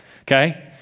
okay